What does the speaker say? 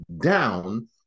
down